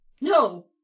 No